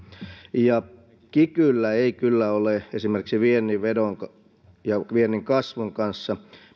kikyllä ei kyllä ole esimerkiksi viennin vedon ja viennin kasvun kanssa